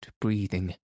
breathing